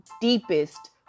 deepest